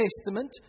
Testament